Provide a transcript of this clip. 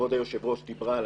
וכבוד היושבת-ראש דיברה עליו,